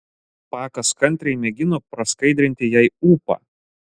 pakas kantriai mėgino praskaidrinti jai ūpą